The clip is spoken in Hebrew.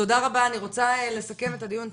תודה רבה, אני רוצה לסכם את הדיון.